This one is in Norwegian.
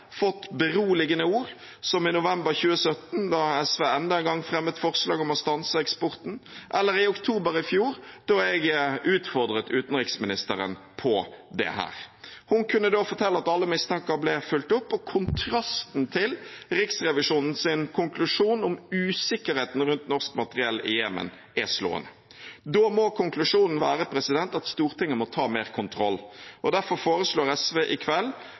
fått beroligende ord, som i november 2017 da SV enda en gang fremmet forslag om å stanse eksporten, eller i oktober i fjor, da jeg utfordret utenriksministeren på dette. Hun kunne da fortelle at alle mistanker ble fulgt opp. Kontrasten til Riksrevisjonens konklusjon om usikkerheten rundt norsk materiell i Jemen er slående. Konklusjonen må være at Stortinget må ta mer kontroll. Derfor foreslår SV i kveld